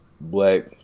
black